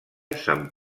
sant